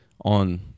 on –